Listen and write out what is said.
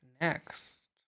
Next